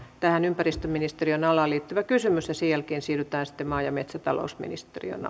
tähän ympäristöministeriön alaan liittyvä kysymys ja sen jälkeen siirrytään sitten maa ja metsätalousministeriön